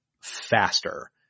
faster